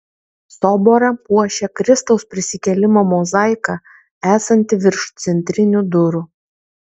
soborą puošia kristaus prisikėlimo mozaika esanti virš centrinių durų